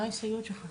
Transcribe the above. מה ההסתייגויות שלך?